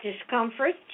discomfort